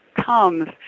comes